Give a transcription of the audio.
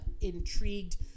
intrigued